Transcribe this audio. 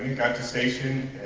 and got to station